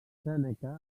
sèneca